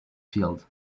field